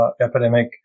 epidemic